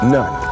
None